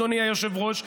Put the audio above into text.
אדוני היושב-ראש,